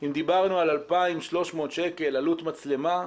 אם דיברת על 2,300 שקל עלות מצלמה,